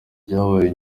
byabaye